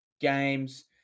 games